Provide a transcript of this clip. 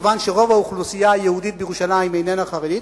כיוון שרוב האוכלוסייה היהודית בירושלים איננה חרדית,